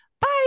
Bye